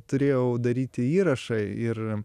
turėjau daryti įrašą ir